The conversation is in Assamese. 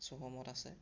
ছ'হামত আছে